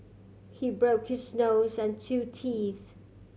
he broke his nose and two teeth